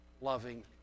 loving